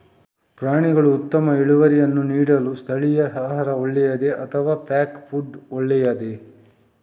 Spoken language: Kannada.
ಪ್ರಾಣಿಗಳು ಉತ್ತಮ ಇಳುವರಿಯನ್ನು ನೀಡಲು ಸ್ಥಳೀಯ ಆಹಾರ ಒಳ್ಳೆಯದೇ ಅಥವಾ ಪ್ಯಾಕ್ ಫುಡ್ ಒಳ್ಳೆಯದೇ?